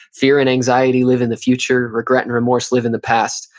fear and anxiety live in the future, regret and remorse live in the past.